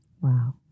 Wow